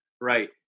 Right